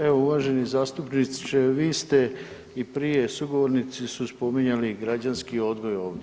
Evo uvaženi zastupniče vi ste i prije, sugovornici su spominjali građanski odgoj ovdje.